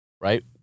right